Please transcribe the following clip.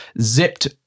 zipped